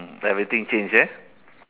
everything change eh